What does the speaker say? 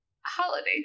holiday